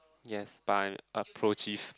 yes but I'm approchieve